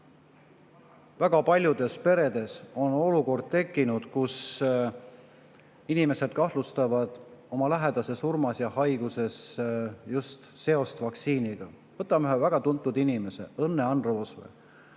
väga paljudes peredes tekkinud olukord, kus inimesed kahtlustavad oma lähedase surmas ja haiguses just seost vaktsiiniga. Võtame ühe väga tuntud inimese – Õnne-Ann Roosvee.